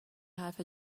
حرف